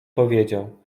powiedział